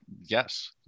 Yes